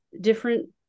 different